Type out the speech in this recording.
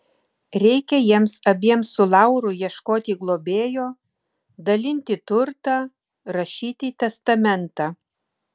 reikia jiems abiems su lauru ieškoti globėjo dalinti turtą rašyti testamentą